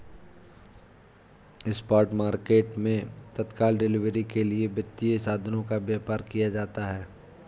spot market मैं तत्काल delivery के लिए वित्तीय साधनों का व्यापार किया जाता है